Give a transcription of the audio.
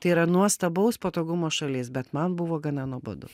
tai yra nuostabaus patogumo šalis bet man buvo gana nuobodu